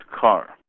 car